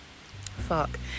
fuck